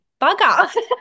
bugger